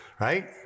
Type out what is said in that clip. Right